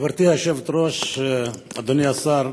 גברתי היושבת-ראש, אדוני השר,